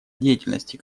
деятельности